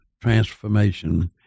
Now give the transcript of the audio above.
transformation